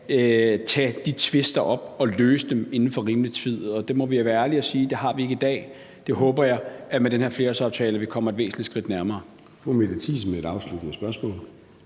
tage de tvister op og løse dem inden for rimelig tid, og det må vi være ærlige og sige at vi ikke har i dag. Det håber jeg at vi med den her flerårsaftale kommer et væsentligt skridt nærmere.